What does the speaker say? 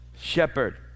shepherd